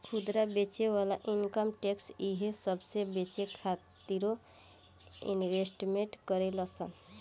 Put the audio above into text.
खुदरा बेचे वाला इनकम टैक्स इहे सबसे बचे खातिरो इन्वेस्टमेंट करेले सन